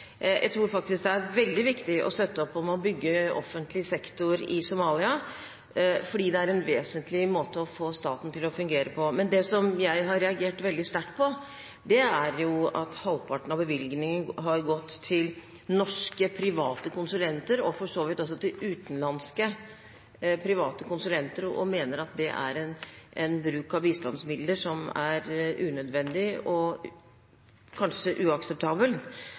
Jeg tror faktisk at det er veldig viktig å støtte opp om og bygge offentlig sektor i Somalia, for det er en vesentlig måte å få staten til å fungere på. Det jeg har reagert veldig sterkt på, er at halvparten av bevilgningen har gått til norske private konsulenter, og for så vidt også til utenlandske private konsulenter, og jeg mener at det er en bruk av bistandsmidler som er unødvendig og kanskje uakseptabel.